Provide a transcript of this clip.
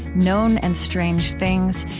known and strange things,